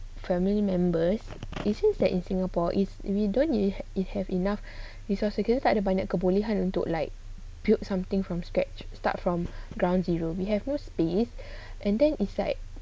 family members isn't that in singapore if we don't use it have enough resource kita tak ada banyak kebolehan untuk like build something from scratch start from ground zero we have no space and then it's like